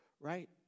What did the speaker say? Right